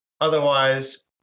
otherwise